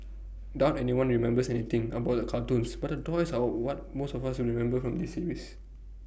doubt anyone remembers anything about the cartoons but the toys are what most of us will remember from this series